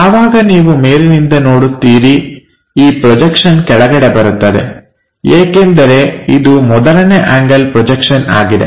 ಯಾವಾಗ ನೀವು ಮೇಲಿನಿಂದ ನೋಡುತ್ತೀರಿ ಈ ಪ್ರೊಜೆಕ್ಷನ್ ಕೆಳಗಡೆ ಬರುತ್ತದೆ ಏಕೆಂದರೆ ಇದು ಮೊದಲನೇ ಆಂಗಲ್ ಪ್ರೊಜೆಕ್ಷನ್ ಆಗಿದೆ